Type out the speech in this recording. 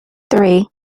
three